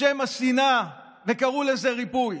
בשם השנאה וקראו לזה ריפוי.